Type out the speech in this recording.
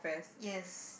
yes